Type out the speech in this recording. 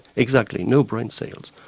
exactly, no brain cells.